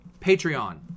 Patreon